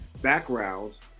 backgrounds